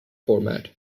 format